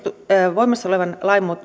voimassa olevan lain